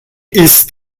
ist